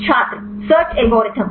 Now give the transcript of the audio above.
छात्र search algorithm